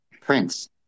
prince